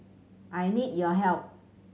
I need your help